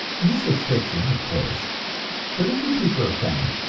and this was fiction, of course but if you prefer fact,